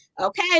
Okay